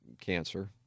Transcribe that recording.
cancer